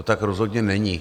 To tak rozhodně není.